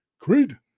Creed